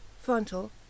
frontal